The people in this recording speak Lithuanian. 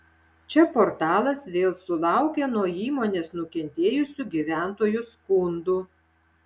čia portalas vėl sulaukė nuo įmonės nukentėjusių gyventojų skundų